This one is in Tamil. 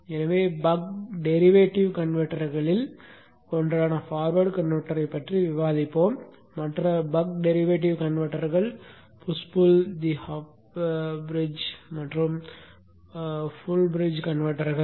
எனவே பக் டெரிவேட் கன்வெர்ட்டர்களில் ஒன்றான ஃபார்வர்ட் கன்வெர்ட்டரைப் பற்றி விவாதிப்போம் மற்ற பக் டெரிவேட் கன்வெர்ட்டர்கள் push pull the half bridge மற்றும் ஃபுல் பிரிட்ஜ் கன்வெர்ட்டர்கள்